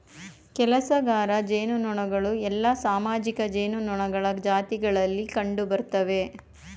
ಕೆಲಸಗಾರ ಜೇನುನೊಣಗಳು ಎಲ್ಲಾ ಸಾಮಾಜಿಕ ಜೇನುನೊಣಗಳ ಜಾತಿಗಳಲ್ಲಿ ಕಂಡುಬರ್ತ್ತವೆ